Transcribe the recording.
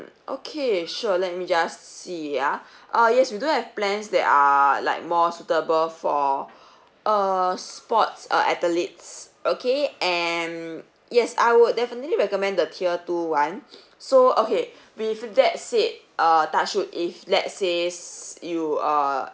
okay sure let me just see yeah uh yes we do have plans that are like more suitable for err sports uh athletes okay and yes I would definitely recommend the tier two [one] so okay with that said uh touch wood if let's says you err